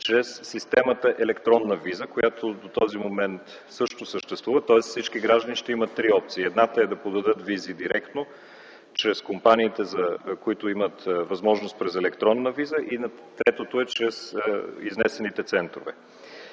чрез системата „Електронна виза”, която до този момент също съществува. Тоест, всички граждани ще имат три опции. Едната е да подадат визи директно, чрез компаниите, за които имат възможност през „Електронна виза”, и третото е чрез изнесените центрове.